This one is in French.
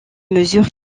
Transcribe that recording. mesure